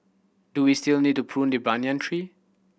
do we still need to prune the banyan tree